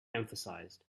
emphasized